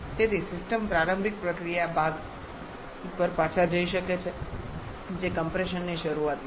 તેથી સિસ્ટમ પ્રારંભિક પ્રક્રિયા ભાગ પર પાછા જઈ શકે છે જે કમ્પ્રેશન ની શરૂઆતમાં છે